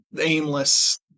aimless